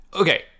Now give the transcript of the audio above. okay